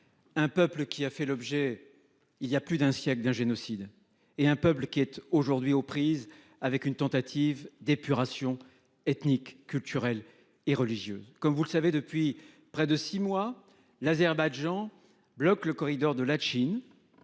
un peuple qui a fait l'objet il y a plus d'un siècle d'un génocide et un peuple qui est aujourd'hui aux prises avec une tentative d'épuration ethnique, culturelle et religieuse comme vous le savez depuis près de six mois l'Azerbaïdjan bloquent le corridor de Latchine.